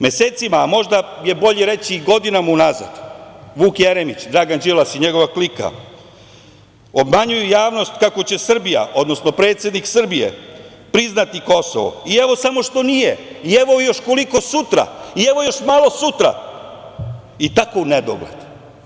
Mesecima, a možda je bolje reći i godinama unazad, Vuk Jeremić, Dragan Đilas i njegova klika obmanjuju javnost kako će Srbija, odnosno predsednik Srbije, priznati Kosovo, i evo samo što nije, i evo još koliko sutra, i evo još malo sutra, i tako unedogled.